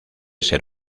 ser